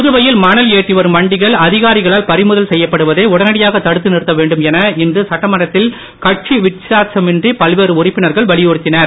புதுவையில் மணல் ஏற்றி வரும் வண்டிகள் அதிகாரிகளால் பறிமுதல் செய்யப்படுவதை உடனடியாக தடுத்து நிறுத்த வேண்டும் என இன்று சட்டமன்றத்தில் கட்சி வித்தியாசமின்றி பல்வேறு உறுப்பினர்கள் வலியுறுத்தினர்